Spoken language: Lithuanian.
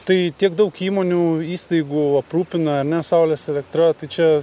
tai tiek daug įmonių įstaigų aprūpina ane saulės elektra tai čia